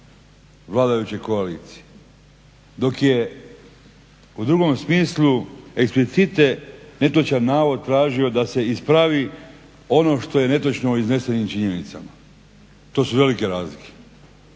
vladajuće koalicije. Dok je u drugom smislu eksplicite netočan navod tražio da se ispravi ono što je netočno o iznesenim činjenicama. To su velike razlike